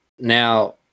Now